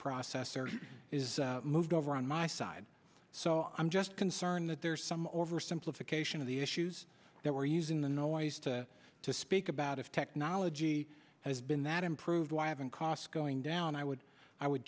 processor is moved over on my side so i'm just concerned that there's some over simplification of the issues that we're using the noise to to speak about if technology has been that improved why haven't costs going down i would i would